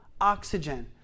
oxygen